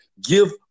Give